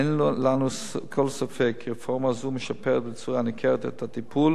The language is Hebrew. אין לנו כל ספק כי רפורמה זו משפרת בצורה ניכרת את הטיפול